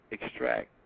extract